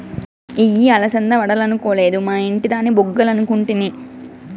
ఇయ్యి అలసంద వడలనుకొలేదు, మా ఇంటి దాని బుగ్గలనుకుంటిని